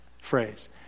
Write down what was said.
phrase